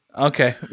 Okay